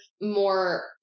more